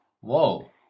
Whoa